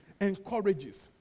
encourages